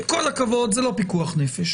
עם כל הכבוד, זה לא פיקוח נפש.